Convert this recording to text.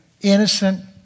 innocent